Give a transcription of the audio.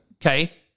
Okay